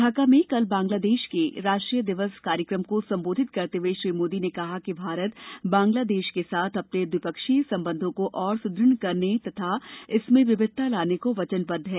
ढाका में कल बांग्लादेश के राष्ट्रीय दिवस कार्यक्रम को संबोधित करते हुए श्री मोदी ने कहा कि भारत बांग्लादेश के साथ अपने द्विपक्षीय संबंधों को और सुदृढ करने तथा इसमें विविधता लाने को वचनबद्द है